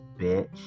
bitch